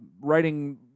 writing